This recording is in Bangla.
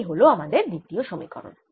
এই হল আমাদের দ্বিতীয় সমীকরণ